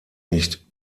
nicht